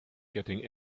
getting